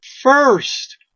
first